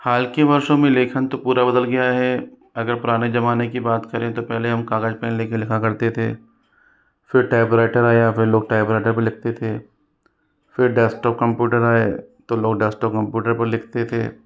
हाल के वर्षों में लेखन तो पूरा बदल गया है अगर पुराने ज़माने की बात करें तो पहले हम कागज पेन लेकर लिखा करते थे फिर टाइपराइटर आया फिर लोग टाइपराइटर पर लिखते थे फिर डेस्कटॉप कम्पूटर आए तो लोग डेस्कटॉप कम्पूटर पर लिखते थे